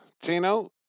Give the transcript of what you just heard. Tino